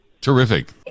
Terrific